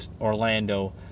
Orlando